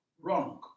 wrong